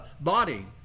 body